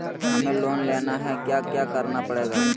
हमें लोन लेना है क्या क्या करना पड़ेगा?